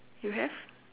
you have